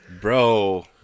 Bro